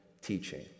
teaching